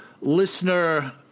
listener